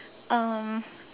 um